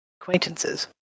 acquaintances